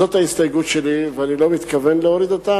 זו ההסתייגות שלי ואני לא מתכוון להוריד אותה,